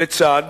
לצד